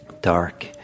Dark